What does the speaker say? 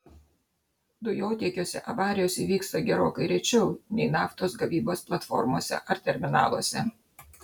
dujotiekiuose avarijos įvyksta gerokai rečiau nei naftos gavybos platformose ar terminaluose